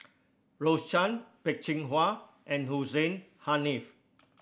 Rose Chan Peh Chin Hua and Hussein Haniff